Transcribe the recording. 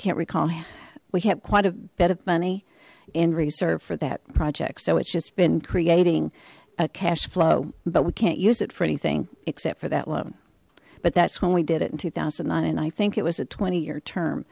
can't recall we have quite a bit of money in reserve for that project so it's just been creating a cash flow but we can't use it for anything except for that loan but that's when we did it in two thousand and nine and i think it was a twenty year term